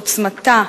עוצמתה,